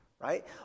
right